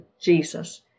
Jesus